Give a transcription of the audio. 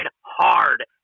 hard